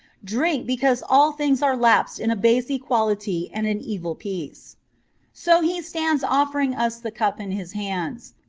drink, because all things are lapsed in a base equality and an evil peace so he stands offering us the cup in his hands.